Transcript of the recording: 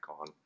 on